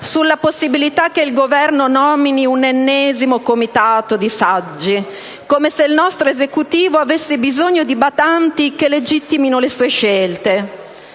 sulla possibilità che il Governo nomini un ennesimo comitato di saggi, come se il nostro Esecutivo avesse bisogno di badanti che legittimino le sue scelte.